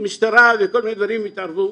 משטרה וכל מיני דברים התערבו.